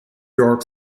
york